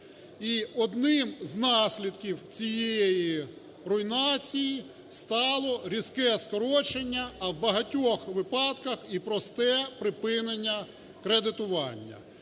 одним з наслідків цієї руйнації стало різке скорочення, а в багатьох випадках і просте припинення кредитування.